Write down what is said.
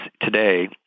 today